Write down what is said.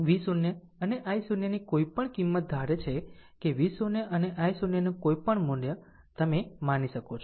V0 અને i0 ની કોઈપણ કિંમત ધારે છે કે V0 અને i0 નું કોઈપણ મૂલ્ય તમે માની શકો છો